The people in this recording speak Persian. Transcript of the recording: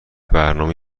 برنامه